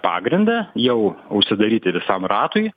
pagrindą jau užsidaryti visam ratui